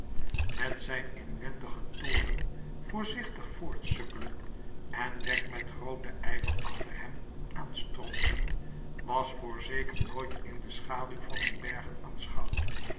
met zijn inwendigen toom voorzichtig voortsukkelend en wegg met grooten ijver achter hem aanstrompelend was voorzeker nooit in de schaduw van die bergen